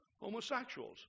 homosexuals